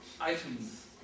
items